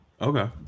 Okay